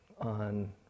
on